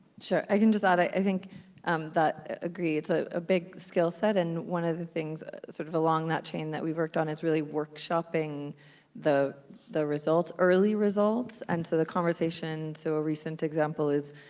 sure, i can just add i think um that agreed. it's ah a big skill set, and one of the things sort of along that chain that we worked on is really work shopping the the results, early results, and so the conversation, so a recent example is